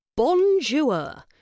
Bonjour